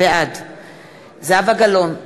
בעד זהבה גלאון,